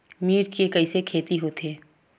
मिर्च के कइसे खेती होथे?